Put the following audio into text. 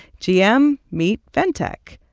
gm, meet ventec.